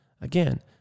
Again